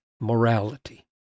morality